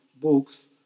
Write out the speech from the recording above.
books